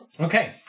Okay